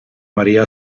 maria